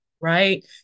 right